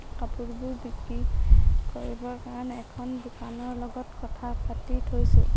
কাপোৰবোৰ বিক্ৰী কৰিবৰ কাৰণে এখন দোকানৰ লগত কথা পাতি থৈছোঁ